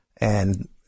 and-